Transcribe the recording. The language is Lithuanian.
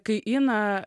kai ina